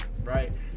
right